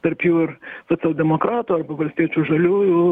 tarp jų ir socialdemokratų arba valstiečių žaliųjų